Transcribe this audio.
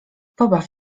pobaw